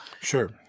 Sure